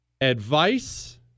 Advice